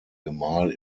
gemahl